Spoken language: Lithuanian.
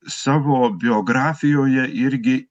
savo biografijoje irgi